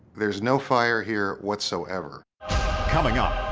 there's no fire here whatsoever coming up.